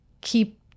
keep